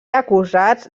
acusats